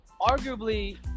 arguably